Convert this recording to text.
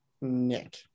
Nick